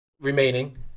remaining